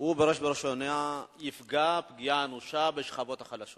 בראש ובראשונה יפגע פגיעה אנושה בשכבות החלשות,